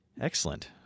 Excellent